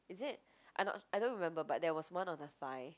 is it I not I don't remember but there was one of the five